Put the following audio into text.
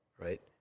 right